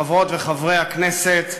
חברות וחברי הכנסת,